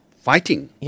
fighting